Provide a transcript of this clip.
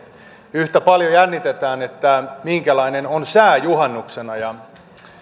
yhtä paljon jännitetään minkälainen on sää juhannuksena